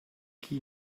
qui